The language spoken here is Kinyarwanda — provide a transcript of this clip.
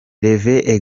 rev